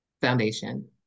foundation